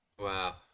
Wow